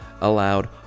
allowed